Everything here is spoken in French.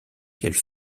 qu’elle